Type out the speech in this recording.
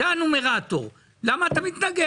זה הנומרטור: למה אתה מתנגד?